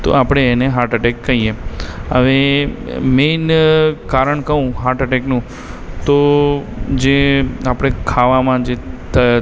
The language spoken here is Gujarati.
તો આપણે એને હાર્ટ એટેક કહીએ હવે મેઇન કારણ કહું હાર્ટ એટેકનું તો જે આપણે ખાવામાં જે ત